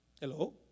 Hello